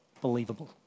believable